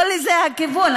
זה הכיוון.